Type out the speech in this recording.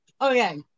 Okay